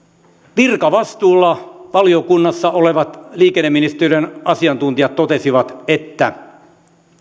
virkavastuulla valiokunnassa olevat liikenneministeriön asiantuntijat totesivat että